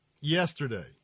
Yesterday